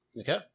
Okay